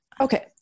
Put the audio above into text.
okay